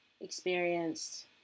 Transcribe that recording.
experienced